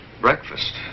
breakfast